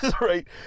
right